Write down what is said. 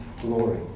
glory